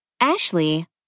Ashley